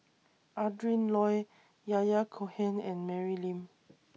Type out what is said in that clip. Adrin Loi Yahya Cohen and Mary Lim